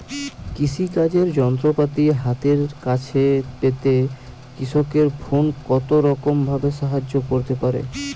কৃষিকাজের যন্ত্রপাতি হাতের কাছে পেতে কৃষকের ফোন কত রকম ভাবে সাহায্য করতে পারে?